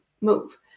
move